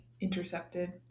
intercepted